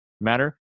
matter